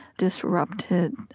disrupted,